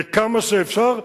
וכמה שאפשר,